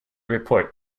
report